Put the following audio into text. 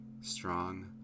strong